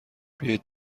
بیایید